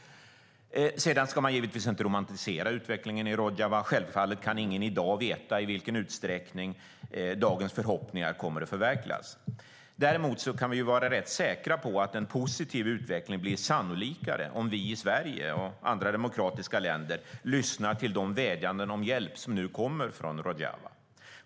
Man ska givetvis inte romantisera utvecklingen i Rojava. Självfallet kan ingen i dag veta i vilken utsträckning dagens förhoppningar kommer att förverkligas. Däremot kan vi vara rätt säkra på att en positiv utveckling blir sannolikare om vi i Sverige och andra demokratiska länder lyssnar till de vädjanden om hjälp som nu kommer från Rojava.